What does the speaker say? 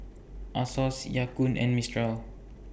Asos Ya Kun and Mistral